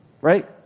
Right